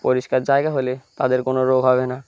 পরিষ্কার জায়গা হলে তাদের কোনো রোগ হবে না